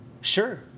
Sure